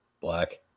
Black